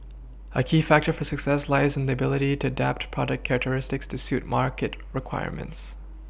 a key factor for success lies in the ability to adapt product characteristics to suit market requirements